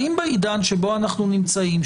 האם בעידן שבו אנחנו נמצאים,